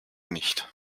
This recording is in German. nicht